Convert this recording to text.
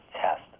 test